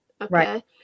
Okay